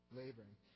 laboring